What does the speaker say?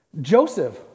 Joseph